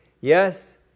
yes